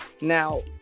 Now